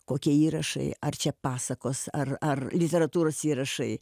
kokie įrašai ar čia pasakos ar ar literatūros įrašai